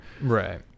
Right